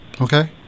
Okay